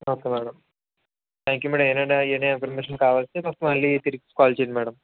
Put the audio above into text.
okay madam thank you madam ఏదైనా ఏదైనా information కావాలి అంటే మాకు మళ్ళీ తిరిగి కాల్ చేయండి మేడం